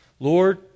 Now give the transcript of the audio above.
Lord